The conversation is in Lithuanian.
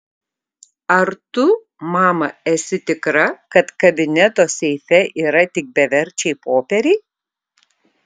ar tu mama esi tikra kad kabineto seife yra tik beverčiai popieriai